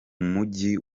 mujyi